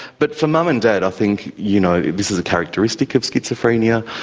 but for mum and dad i think, you know, this is a characteristic of schizophrenia,